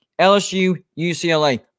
LSU-UCLA